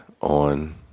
on